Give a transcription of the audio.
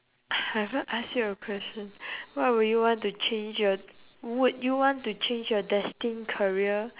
I haven't ask you your question what would you want to change your would you want to change your destine career